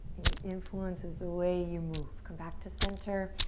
influences the way you move. come back to center.